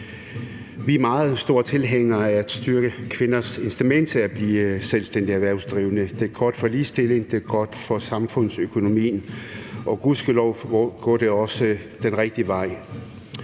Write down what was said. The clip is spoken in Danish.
Vi er meget store tilhængere af at styrke kvinders incitament til at blive selvstændige erhvervsdrivende. Det er godt for ligestillingen, det er godt for samfundsøkonomien. Og gudskelov går det også den rigtige vej.